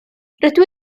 rydw